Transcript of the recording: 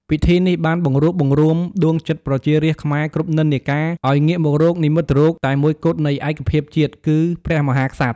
ពិធីនេះបានបង្រួបបង្រួមដួងចិត្តប្រជារាស្ត្រខ្មែរគ្រប់និន្នាការ ឲ្យងាកមករក និមិត្តរូបតែមួយគត់នៃឯកភាពជាតិ គឺព្រះមហាក្សត្រ។